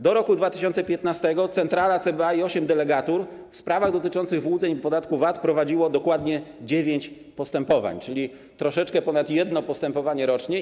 Do roku 2015 centrala CBA i osiem delegatur w sprawach dotyczących wyłudzeń podatku VAT prowadziły dokładnie dziewięć postępowań, czyli troszeczkę ponad jedno postępowanie rocznie.